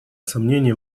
сомнений